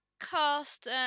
cast